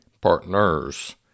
partners